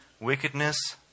wickedness